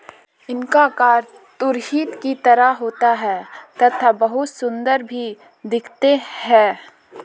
इनका आकार तुरही की तरह होता है तथा बहुत सुंदर भी दिखते है